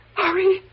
hurry